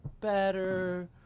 better